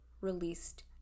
released